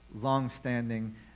long-standing